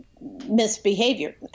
misbehavior